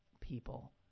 people